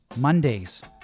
Mondays